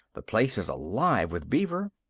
the place is alive with beaver.